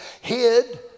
hid